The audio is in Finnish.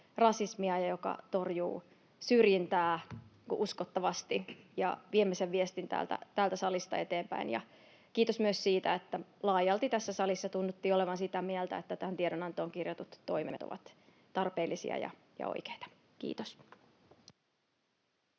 ja joka torjuu syrjintää uskottavasti, ja viemme sen viestin täältä salista eteenpäin. Ja kiitos myös siitä, että laajalti tässä salissa tunnuttiin olevan sitä mieltä, että tähän tiedonantoon kirjatut toimet ovat tarpeellisia ja oikeita. — Kiitos.